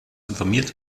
informiert